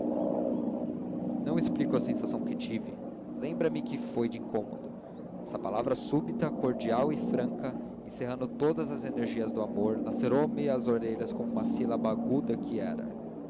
não explico a sensação que tive lembra-me que foi de incômodo essa palavra súbita cordial e franca encerrando todas as energias do amor lacerou me as orelhas como uma sílaba aguda que era